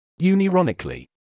Unironically